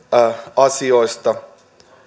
asioista